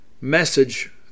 message